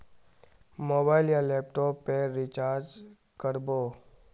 Mobile या laptop पेर recharge कर बो?